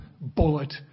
bullet